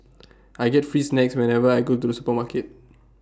I get free snacks whenever I go to the supermarket